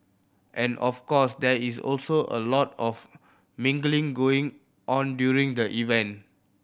and of course there is also a lot of mingling going on during the event